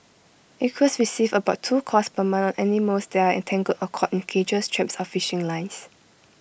acres receives about two calls per month on animals that are entangled or caught in cages traps or fishing lines